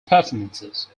performances